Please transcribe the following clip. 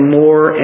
more